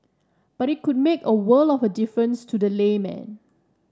but it could make a world of difference to the layman